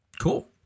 Cool